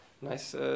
Nice